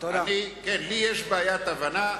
לי יש בעיית הבנה.